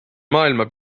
maailma